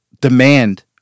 demand